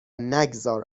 نگذار